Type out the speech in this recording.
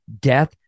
death